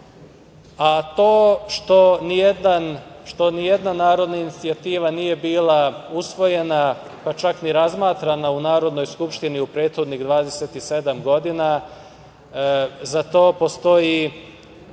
što nijedna narodna inicijativa nije bila usvojena, pa čak ni razmatrana u Narodnoj skupštini u prethodnih 27 godina, za to postoji